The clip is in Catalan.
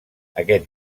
aquest